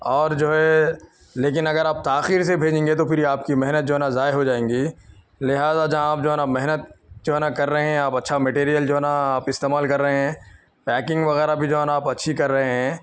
اور جو ہے لیکن اگر آپ تاخیر سے بھیجیں گے تو پھر یہ آپ کی محنت جو ہے نا ضائع ہو جائیں گی لہٰذا جہاں آپ جو ہے نا محنت جو ہے نا کر رہے ہیں آپ اچھا میٹیریل جو ہے نا آپ استعمال کر رہے ہیں پیکنگ وغیرہ بھی جو ہے نا آپ اچھی کر رہے ہیں